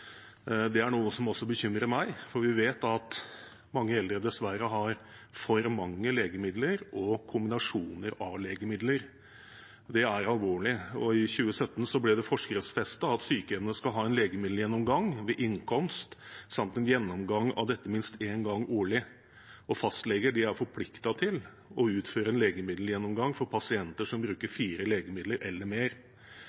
Det er noe som bekymrer også meg, for vi vet at mange eldre dessverre har for mange legemidler og kombinasjoner av legemidler. Det er alvorlig. I 2017 ble det forskriftsfestet at sykehjemmene skal ha en legemiddelgjennomgang ved innkomst, samt en gjennomgang av dette minst én gang årlig. Fastleger er forpliktet til å utføre en legemiddelgjennomgang for pasienter som bruker